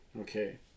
Okay